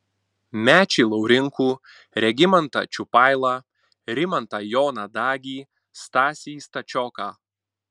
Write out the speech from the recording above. mečį laurinkų regimantą čiupailą rimantą joną dagį stasį stačioką